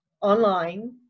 online